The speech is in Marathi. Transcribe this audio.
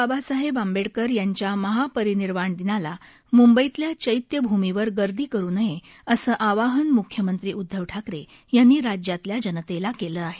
बाबासाहेब आंबोडकर यांच्या महापरिनिर्वाण दिनाला मुंबईतल्या चैत्यभूमीवर गर्दी करू नये असं आवाहन म्ख्यमंत्री उदधव ठाकरे यांनी राज्यातल्या जनतेला केलं आहे